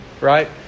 right